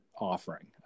offering